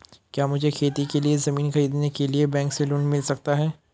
क्या मुझे खेती के लिए ज़मीन खरीदने के लिए बैंक से लोन मिल सकता है?